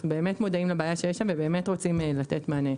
באמת מודעים לבעיה שיש שם ובאמת רוצים לתת מענה.